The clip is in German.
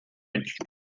münchen